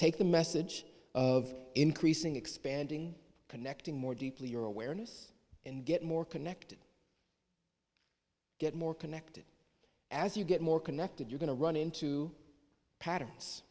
take the message of increasing expanding connecting more deeply your awareness and get more connected get more connected as you get more connected you're going to run into patterns